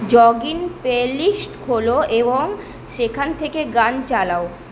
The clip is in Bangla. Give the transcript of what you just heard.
জগিং প্লেলিস্ট খোলো এবং সেখান থেকে গান চালাও